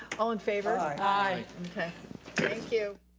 all in favor? aye. thank you.